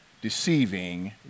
deceiving